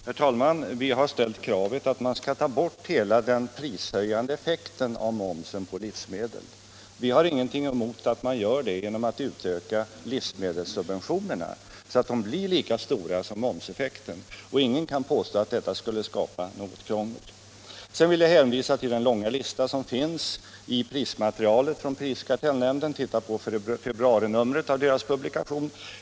Herr talman! Vi har ställt kravet att man skall ta bort hela den prishöjande effekten av momsen på livsmedel. Vi har ingenting emot att man gör det genom att utöka livsmedelssubventionerna, så att de blir lika stora som momseffekten. Ingen kan påstå att detta skulle skapa något krångel. Sedan vill jag hänvisa till den långa listan i prismaterialet från prisoch kartellnämnden. Titta på februarinumret av dess publikation!